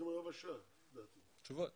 לנו תשובות